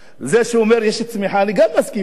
זה שהוא אומר שיש צמיחה, אני גם מסכים אתו.